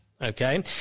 Okay